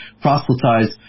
proselytize